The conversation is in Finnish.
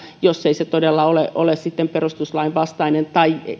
jos ei se todella ole ole sitten perustuslain vastainen tai